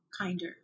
kinder